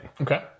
Okay